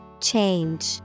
Change